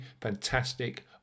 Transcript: fantastic